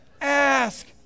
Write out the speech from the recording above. ask